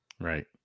Right